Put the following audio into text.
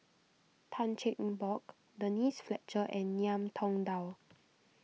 Tan Cheng Bock Denise Fletcher and Ngiam Tong Dow